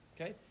Okay